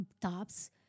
tops